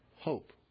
hope